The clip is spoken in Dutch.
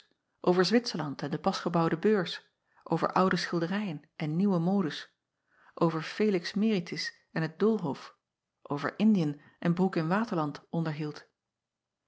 over witserland en de pas gebouwde beurs over oude schilderijen en nieuwe modes over elix eritis en het oolhof over ndiën en roek in aterland onderhield